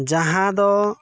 ᱡᱟᱦᱟᱸ ᱫᱚ